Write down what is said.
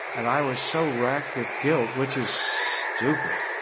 and i was so wracked with guilt, which is stupid.